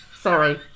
Sorry